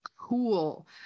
cool